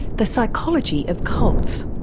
the psychology of cultsin